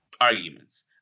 arguments